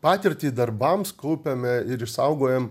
patirtį darbams kaupiame ir išsaugojam